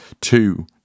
two